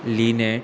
लिने